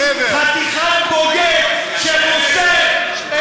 נכון, חושב את